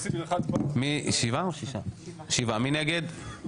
מי נגד?